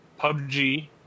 PUBG